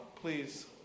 please